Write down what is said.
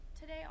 today